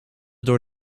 door